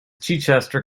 chichester